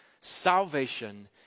salvation